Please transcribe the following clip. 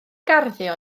garddio